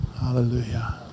Hallelujah